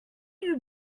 you